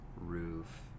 Roof